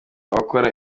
bakora